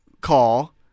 call